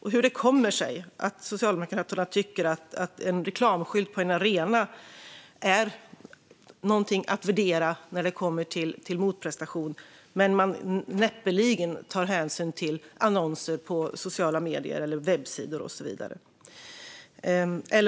Hur kommer det sig att Socialdemokraterna tycker att en reklamskylt på en arena är något att värdera när det kommer till motprestation medan de näppeligen tar hänsyn till annonser på sociala medier, webbsidor och så vidare?